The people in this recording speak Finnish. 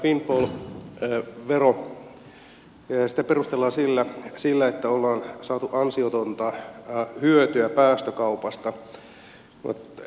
tätä windfall veroa perustellaan sillä että ollaan saatu ansiotonta hyötyä päästökaupasta